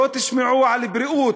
לא תשמעו על בריאות,